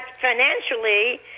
financially